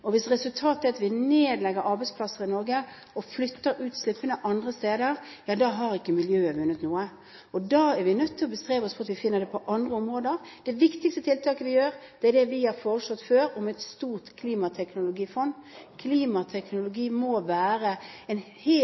ned. Hvis resultatet er at vi nedlegger arbeidsplasser i Norge og flytter utslippene andre steder, har ikke miljøet vunnet noe, og da er vi nødt til å bestrebe oss på at vi tar det på andre områder. Det viktigste tiltaket vi gjør, er det vi har foreslått før, et stort klimateknologifond. Klimateknologi må være